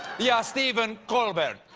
ya stiven kolbert.